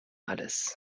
alles